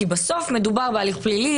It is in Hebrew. כי בסוף מדובר בהליך פלילי,